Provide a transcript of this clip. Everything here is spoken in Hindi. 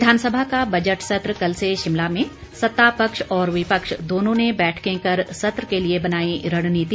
विधानसभा का बजट सत्र कल से शिमला में सत्तापक्ष और विपक्ष दोनों ने बैठकें कर सत्र के लिए बनाई रणनीति